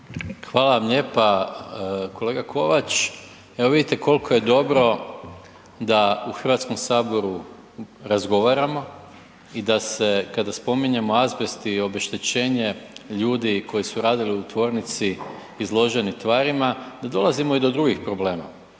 Hvala vam lijepa. Kolega Kovač evo vidite koliko je dobro da u Hrvatskom saboru razgovaramo i da se kada spominjemo azbest i obeštećenje ljudi koji su radili u tvornici izloženi tvarima da dolazimo i do drugih problema.